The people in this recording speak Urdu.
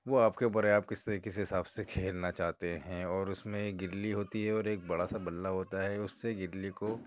وہ آپ کے اوپر ہے آپ کس طریقے سے کس حساب سے کھیلنا چاہتے ہیں اور اُس میں ایک گلی ہوتی ہے اور ایک بڑا سا بلّا ہوتا ہے اُس سے گلی کو